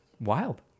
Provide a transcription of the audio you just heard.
wild